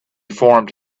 formed